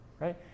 right